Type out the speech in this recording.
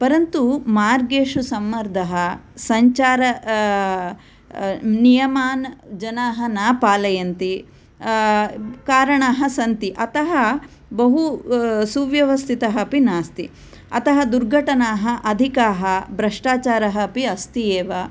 परन्तु मार्गेषु सम्मर्दः संचार नियामान् जनाः न पालयन्ति कारणानि सन्ति अतः बहु सुव्यवस्स्थितः अपि नास्ति अतः दुर्घटानाः अधिकाः भ्रष्टाचारः अपि अस्ति एव